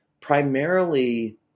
primarily